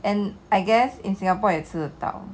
and I guess in singapore 也吃的到